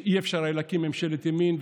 שלא היה אפשר להקים ממשלת ימין,